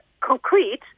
concrete